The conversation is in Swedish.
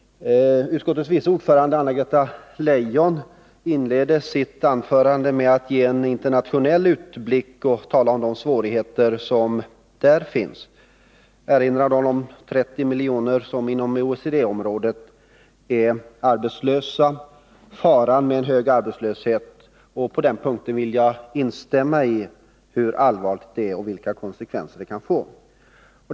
Utskottets vice ordförande, Anna-Greta Leijon, inledde sitt anförande med att ge en internationell utblick och tala om de svårigheter som där finns. Hon erinrade om att 30 miljoner människor inom OECD-området är arbetslösa och nämnde faran med hög arbetslöshet. Jag instämmer med henne om det allvarliga i detta och vilka konsekvenser det kan få.